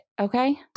Okay